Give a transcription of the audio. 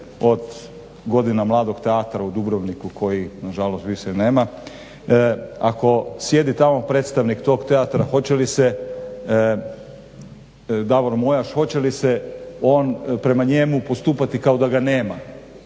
od godina mladog Teatra u Dubrovniku kojeg nažalost više nema, ako sjedi tamo predstavnik tog teatra hoće li se Davor Mojaš hoće li se prema njemu postupati kao da ga nema.